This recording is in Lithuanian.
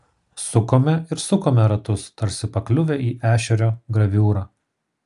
sukome ir sukome ratus tarsi pakliuvę į ešerio graviūrą